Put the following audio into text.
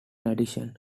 addition